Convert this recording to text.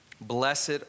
blessed